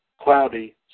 Cloudy